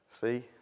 See